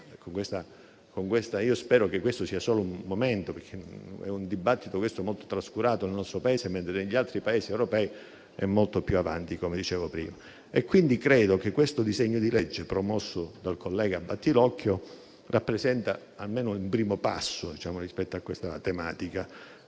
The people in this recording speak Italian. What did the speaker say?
Spero che questo sia solo un momento, perché è un dibattito molto trascurato nel nostro Paese, mentre negli altri Paesi europei è molto più avanti, come dicevo prima. Credo quindi che questo disegno di legge, promosso dal collega Battilocchio, rappresenti almeno un primo passo rispetto a questa tematica.